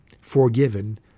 forgiven